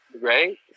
Right